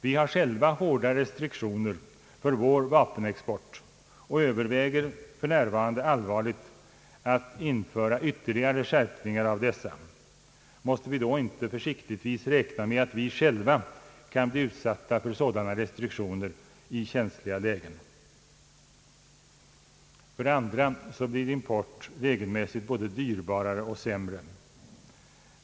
Vi har själva hårda restriktioner för vår vapenexport och överväger för närvarande allvarligt att införa ytterligare skärpningar av dessa. Måste vi då inte försiktigtvis räkna med att vi själva kan bli utsatta för sådana restriktioner i känsliga lägen? För det andra blir import regelmässigt både dyrbarare och sämre.